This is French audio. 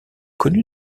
connue